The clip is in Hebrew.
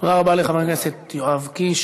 תודה רבה לחבר הכנסת יואב קיש.